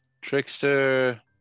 Trickster